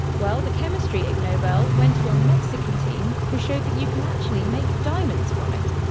well, the chemistry ignobel went to a mexican team who showed that you can actually make diamonds from it.